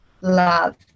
love